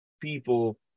people